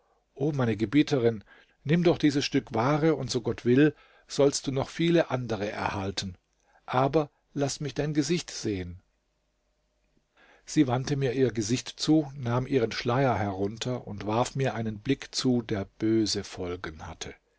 o meine gebieterin nimm doch dieses stück ware und so gott will sollst du noch viele andere erhalten aber laß mich dein gesicht sehen sie wandte mir ihr gesicht zu nahm ihren schleier herunter und warf mir einen blick zu der böse folgen hatte